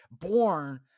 born